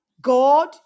God